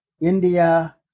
India